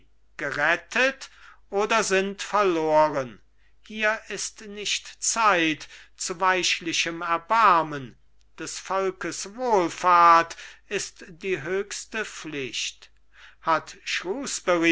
gerettet oder sind verloren hier ist nicht zeit zu weichlichem erbarmen des volkes wohlfahrt ist die höchste pflicht hat